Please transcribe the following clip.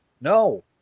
No